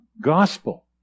gospel